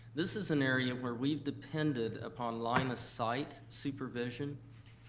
this is an area where we've depended upon line of sight supervision,